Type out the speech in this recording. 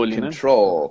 control